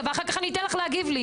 ואחר כך אני אתן לך להגיב לי.